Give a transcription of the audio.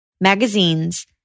magazines